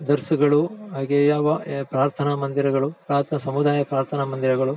ದರ್ಸುಗಳು ಹಾಗೇ ಯಾವ ಪ್ರಾರ್ಥನಾ ಮಂದಿರಗಳು ಪ್ರಾಥ ಸಮುದಾಯ ಪ್ರಾರ್ಥನಾ ಮಂದಿರಗಳು